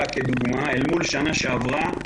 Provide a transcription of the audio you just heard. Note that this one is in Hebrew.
אל מול השנה שעברה,